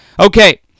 Okay